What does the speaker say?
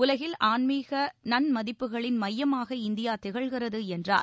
உலகில் ஆன்மீக நன்மதிப்புகளின் மையமாக இந்தியா திகழ்கிறது என்றார்